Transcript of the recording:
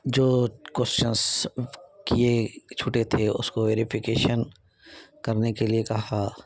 جو کوئسچنس کیے چھٹے تھے اس کو ویریفکیشن کرنے کے لیے کہا